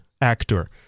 actor